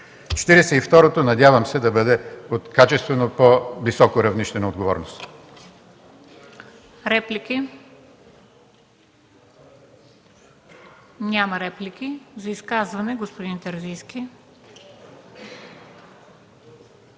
второто надявам се да бъде от качествено по-високо равнище на отговорност.